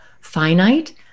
finite